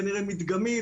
כנראה מדגמית,